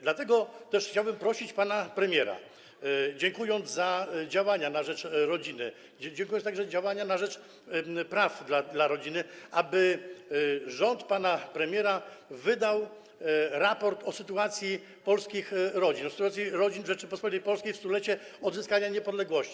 Dlatego też chciałbym prosić pana premiera, dziękując za działania na rzecz rodziny, dziękując także za działania na rzecz praw rodziny, aby rząd pana premiera wydał raport o sytuacji polskich rodzin, o sytuacji rodzin w Rzeczypospolitej Polskiej w 100-lecie odzyskania niepodległości.